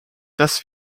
das